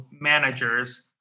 managers